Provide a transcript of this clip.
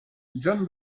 john